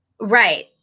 Right